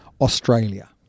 Australia